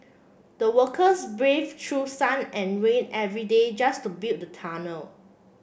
the workers brave true sun and rain every day just to build the tunnel